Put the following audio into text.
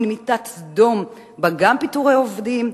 מין מיטת סדום שבה גם פיטורי עובדים,